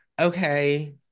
Okay